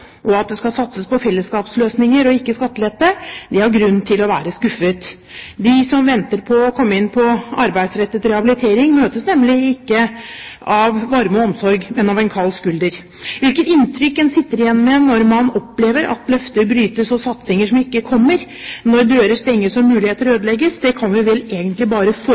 og at det skal satses på fellesskapsløsninger og ikke skattelette, har grunn til å være skuffet. De som venter på å komme inn på arbeidsrettet rehabilitering, møtes nemlig ikke av varme og omsorg, men av en kald skulder. Hvilket inntrykk man sitter igjen med når man opplever at løfter brytes, og at satsinger ikke kommer, når dører stenges og muligheter ødelegges, kan vi vel egentlig bare